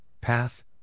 path